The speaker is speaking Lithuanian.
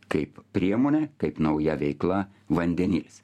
kaip priemonė kaip nauja veikla vandenilis